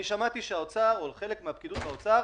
אני שמעתי שחלק מהפקידות באוצר